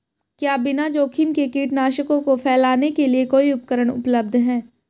क्या बिना जोखिम के कीटनाशकों को फैलाने के लिए कोई उपकरण उपलब्ध है?